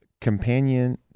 companion